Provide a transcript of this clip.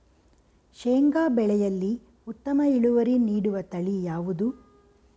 ಶೇಂಗಾ ಬೆಳೆಯಲ್ಲಿ ಉತ್ತಮ ಇಳುವರಿ ನೀಡುವ ತಳಿ ಯಾವುದು?